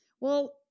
Well-